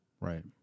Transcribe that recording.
Right